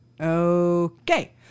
Okay